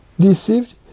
deceived